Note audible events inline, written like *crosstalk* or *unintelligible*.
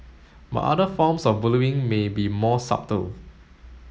but other forms of *unintelligible* may be more subtle